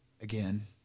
again